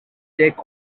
take